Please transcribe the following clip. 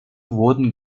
wurden